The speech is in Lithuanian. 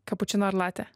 kapučino ar latė